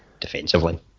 Defensively